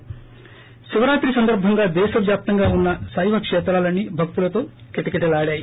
ి శివరాత్రి సందర్బంగా దేశవ్యాప్తంగా ఉన్స శైవకేత్రాలన్నీ భక్తులతో కిటకిటలాడాయి